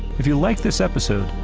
if you liked this episode,